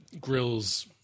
grills